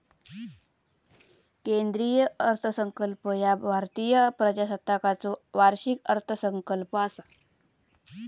केंद्रीय अर्थसंकल्प ह्या भारतीय प्रजासत्ताकाचो वार्षिक अर्थसंकल्प असा